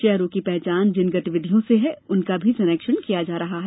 शहरों की पहचान जिन गतिविधियों से है उनका भी संरक्षण किया जा रहा है